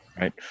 right